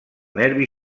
nervi